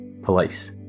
Police